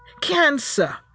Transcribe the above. cancer